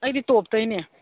ꯑꯩꯗꯤ ꯇꯣꯞꯇꯩꯅꯦ